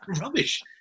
rubbish